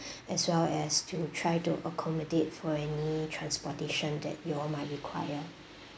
as well as to try to accommodate for any transportation that you all might require